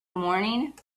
morning